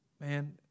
man